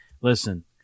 Listen